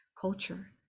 culture